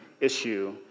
issue